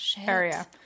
area